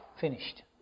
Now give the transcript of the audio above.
Finished